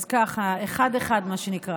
אז ככה, אחד-אחד, מה שנקרא.